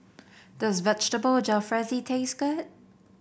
does Vegetable Jalfrezi taste good